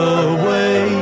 away